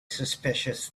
suspicious